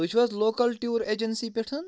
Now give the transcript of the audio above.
تُہۍ چھُو حظ لوکَل ٹیوٗر اٮ۪جنسی پٮ۪ٹھ